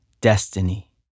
destiny